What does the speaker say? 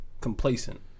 complacent